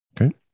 Okay